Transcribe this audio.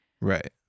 Right